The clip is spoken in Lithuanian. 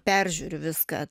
peržiūriu viską